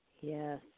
Yes